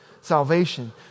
salvation